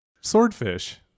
Swordfish